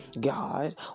God